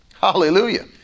Hallelujah